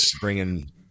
bringing